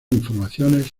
informaciones